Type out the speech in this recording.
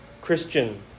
christian